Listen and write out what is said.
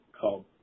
called